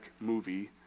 movie